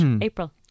April